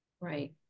right